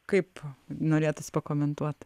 kaip norėtųsi pakomentuot